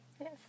Yes